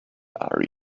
are